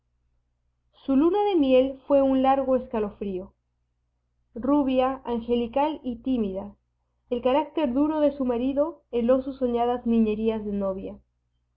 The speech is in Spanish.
su luna de miel fué un largo escalofrío rubia angelical y tímida el carácter duro de su marido heló sus soñadas niñerías de novia